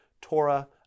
Torah